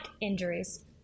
injuries